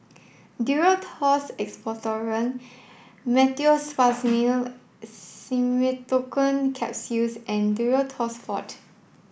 Duro Tuss Expectorant Meteospasmyl Simeticone Capsules and Duro Tuss Forte